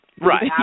Right